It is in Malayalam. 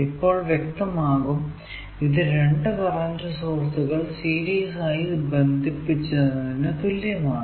ഇപ്പോൾ വ്യക്തമാകും ഇത് രണ്ടു കറന്റ് സോഴ്സുകൾ സീരീസ് ആയി ബംന്ധിപ്പിച്ചതിനു തുല്യമാണ്